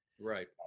Right